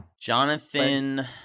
Jonathan